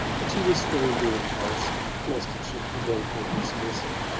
but she restrained the impulse lest it should provoke her dismissal.